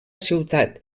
ciutat